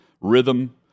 rhythm